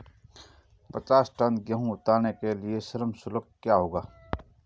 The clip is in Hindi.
पचास टन गेहूँ उतारने के लिए श्रम शुल्क क्या होगा?